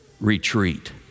retreat